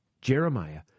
Jeremiah